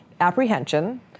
apprehension